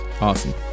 Awesome